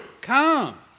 come